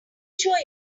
sure